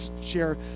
share